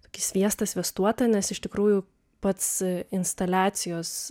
tokį sviestą sviestuotą nes iš tikrųjų pats instaliacijos